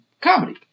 comedy